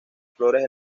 flores